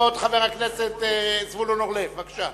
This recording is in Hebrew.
כבוד חבר הכנסת זבולון אורלב, בבקשה.